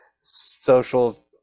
social